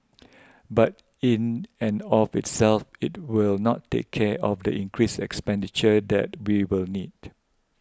but in and of itself it will not take care of the increased expenditure that we will need